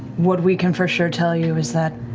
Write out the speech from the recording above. what we can for sure tell you is that